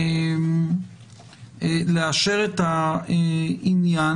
אני לפחות אמליץ לאשר את העניין,